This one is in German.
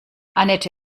anette